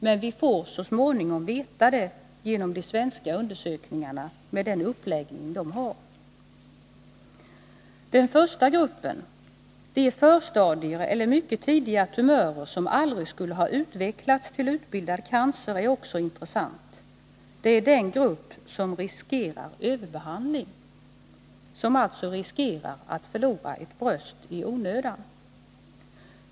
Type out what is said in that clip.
Men vi får så småningom veta det genom de svenska undersökningarna med den uppläggning de har. Den första gruppen, de förstadier eller mycket tidiga tumörer som aldrig skulle ha utvecklats till utbildad cancer, är också intressant; det är den grupp som riskerar överbehandling, som alltså riskerar att förlora ett bröst i onödan.